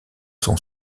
sont